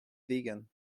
vegan